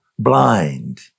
blind